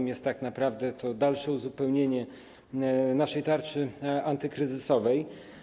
To jest tak naprawdę dalsze uzupełnienie naszej tarczy antykryzysowej.